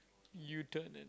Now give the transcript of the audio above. you turned it